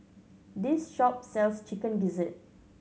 this shop sells Chicken Gizzard